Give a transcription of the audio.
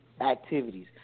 activities